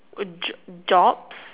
a j~ jobs